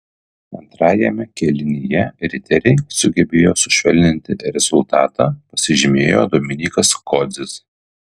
antrajame kėlinyje riteriai sugebėjo sušvelninti rezultatą pasižymėjo dominykas kodzis